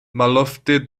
malofte